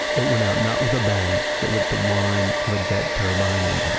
it went out not with a bang, but with the whine of a jet turbine engine